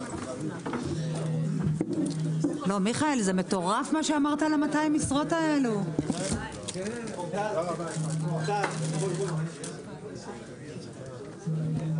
הישיבה ננעלה בשעה 14:20.